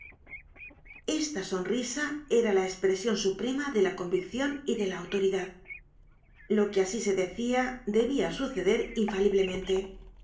esta sonrisa era la espresion suprema de la conviccion y de la autoridad lo que asi se decia debia suceder infaliblemente